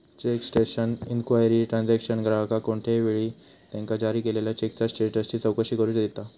check status inquiry transaction ग्राहकाक कोणत्याही वेळी त्यांका जारी केलेल्यो चेकचा स्टेटसची चौकशी करू देता